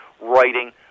writing